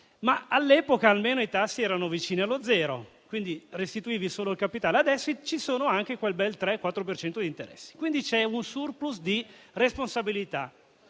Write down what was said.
Ma all'epoca, almeno, i tassi erano vicini allo zero, quindi restituivi solo il capitale; adesso c'è anche un bel 3-4 per cento di interessi. Quindi, c'è un *surplus* di responsabilità.